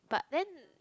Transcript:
but then